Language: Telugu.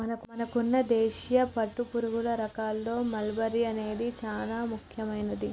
మనకున్న దేశీయ పట్టుపురుగుల రకాల్లో మల్బరీ అనేది చానా ముఖ్యమైనది